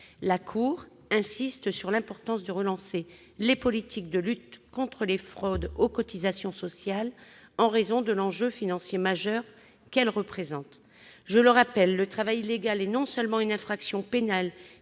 la Cour insiste sur l'importance de relancer les politiques de lutte contre les fraudes aux cotisations sociales en raison de l'enjeu financier majeur qu'elles représentent. Je rappelle que le travail illégal est non seulement une infraction pénale